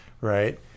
Right